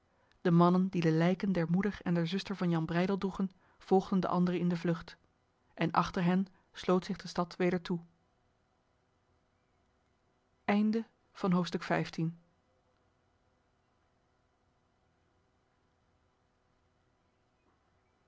de mannen die de lijken der moeder en der zuster van jan breydel droegen volgden de anderen in de vlucht en achter hen sloot zich de stad weder toe